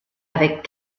avec